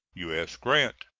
u s. grant.